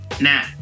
Now